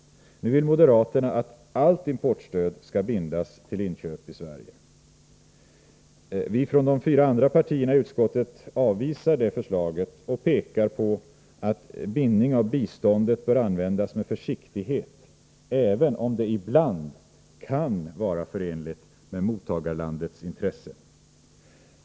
Nu vill moderaterna att allt importstöd skall bindas till inköp i Sverige. Vi från de fyra andra partierna i utskottet avvisar detta förslag och pekar på att en bindning av biståndet bör användas med försiktighet, även om det ibland kan vara förenligt med mottagarlandets intressen.